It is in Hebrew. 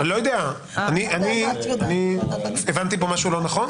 הבנתי פה משהו לא נכון?